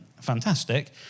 fantastic